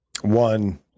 One